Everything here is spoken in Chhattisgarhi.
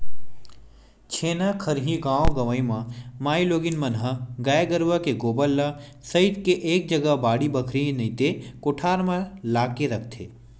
छेना खरही गाँव गंवई म मारकेटिंग मन ह गाय गरुवा के गोबर ल सइत के एक जगा बाड़ी बखरी नइते कोठार म लाके रखथे